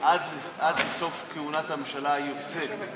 עד לסוף כהונת הממשלה היוצאת.